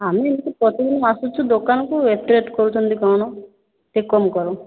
ଆମେ ଏମିତି ପ୍ରତିଦିନ ଆସୁଛୁ ଦୋକାନକୁ ଏତେ ରେଟ୍ କହୁଛନ୍ତି କ'ଣ ଟିକେ କମ୍ କର